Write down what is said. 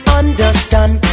understand